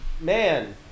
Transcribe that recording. Man